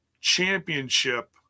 championship